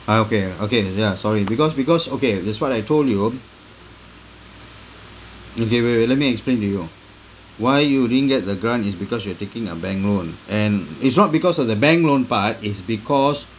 I okay okay ya sorry because because okay that's what I told you okay wait wait let me explain to you why you didn't get the grant is because you are taking a bank loan and it's not because of the bank loan part it's because